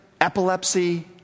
Epilepsy